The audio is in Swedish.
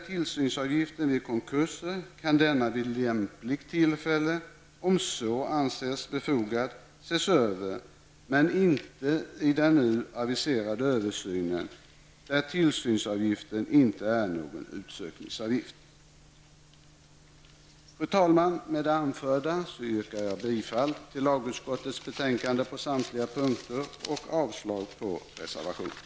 Tillsynsavgiften vid konkurser kan vid lämpligt tillfälle, om så anses befogat, ses över, dock inte i den nu aviserade översynen där tillsynsavgiften inte utgör någon utsökningsavgift. Fru talman! Med det anförda yrkar jag bifall till hemställan i lagutskottets betänkande på samtliga punkter och avslag på reservationerna.